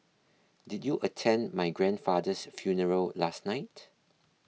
did you attend my grandfather's funeral last night